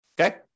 Okay